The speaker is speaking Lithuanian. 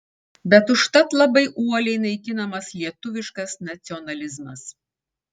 bet užtat labai uoliai naikinamas lietuviškas nacionalizmas